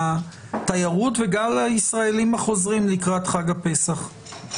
התיירות וגל הישראלים החוזרים מחופשות האביב לקראת חג הפסח?